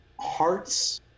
hearts